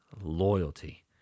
loyalty